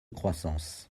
croissance